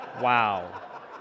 Wow